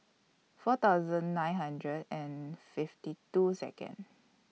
four thousand nine hundred and fifty two Second